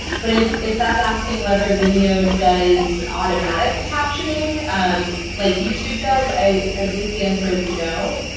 but if if that's asking whether vimeo does automatic captioning like youtube does, i i believe the answer is no.